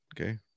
okay